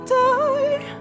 die